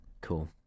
Cool